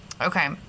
okay